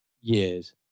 years